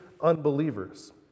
unbelievers